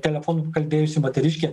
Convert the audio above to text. telefonu kalbėjusi moteriškė